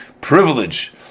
privilege